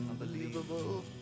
Unbelievable